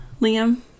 Liam